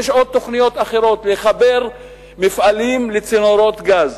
יש עוד תוכניות אחרות לחבר מפעלים לצינורות גז.